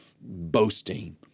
boasting